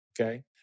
okay